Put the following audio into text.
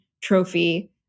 trophy